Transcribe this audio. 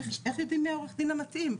איך יודעים מי העורך דין המתאים?